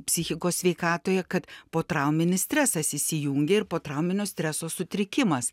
psichikos sveikatoje kad potrauminis stresas įsijungia ir potrauminio streso sutrikimas